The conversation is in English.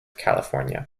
california